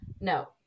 No